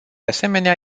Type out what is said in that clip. asemenea